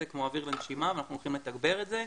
זה כמו אוויר לנשימה ואנחנו הולכים לתגבר את זה,